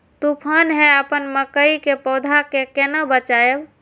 तुफान है अपन मकई के पौधा के केना बचायब?